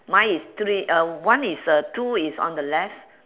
mine is three uh one is uh two is on the left